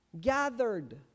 gathered